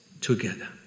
together